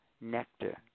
nectar